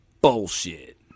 Bullshit